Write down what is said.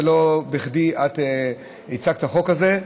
ולא בכדי את הצגת את החוק הזאת.